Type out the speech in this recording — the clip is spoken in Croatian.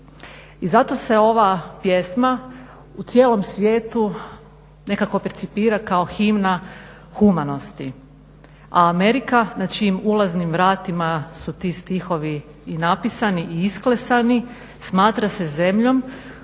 I zato se ova pjesma u cijelom svijetu nekako percipira kao himna humanosti. A Amerika na čijim ulaznim vratima su ti stihovi napisani i isklesani smatra se zemljom